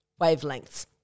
wavelengths